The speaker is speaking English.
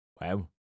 Wow